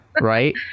Right